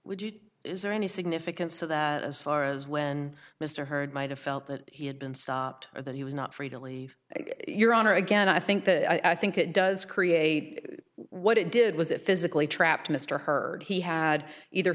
d is there any significance to that as far as when mr hurd might have felt that he had been stopped or that he was not free to leave your honor again i think that i think it does create what it did was it physically trapped mr heard he had either